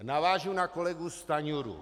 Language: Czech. Navážu na kolegu Stanjuru.